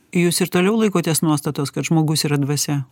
jūs ir toliau laikotės nuostatos kad žmogus yra dvasia